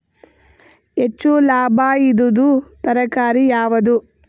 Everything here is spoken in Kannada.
ಹೆಚ್ಚು ಲಾಭಾಯಿದುದು ತರಕಾರಿ ಯಾವಾದು?